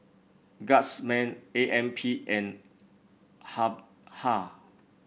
Guardsman A M P and Habhal